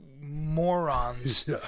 morons